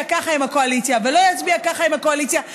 ככה עם הקואליציה ולא יצביע ככה עם הקואליציה,